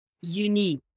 unique